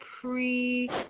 pre